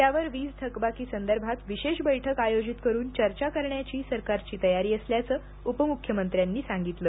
त्यावर वीज थकबाकीसंदर्भात विशेष बैठक आयोजित करुन चर्चा करण्याची सरकारची तयारी असल्याचे उपमुख्यमंत्र्यांनी सांगितले